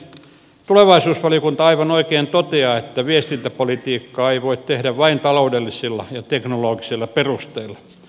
tulevaisuusvaliokunta aivan oikein toteaa että viestintäpolitiikkaa ei voi tehdä vain taloudellisilla ja teknologisilla perusteilla